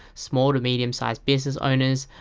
small to medium sized business owners,